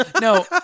No